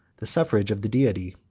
the suffrage of the deity.